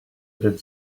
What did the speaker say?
did